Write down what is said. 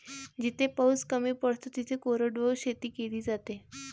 जिथे पाऊस कमी पडतो तिथे कोरडवाहू शेती केली जाते